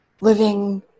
living